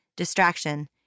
Distraction